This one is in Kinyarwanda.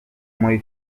muri